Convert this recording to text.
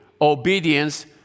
obedience